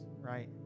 right